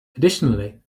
additionally